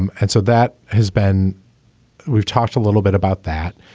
and and so that has been we've talked a little bit about that.